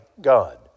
God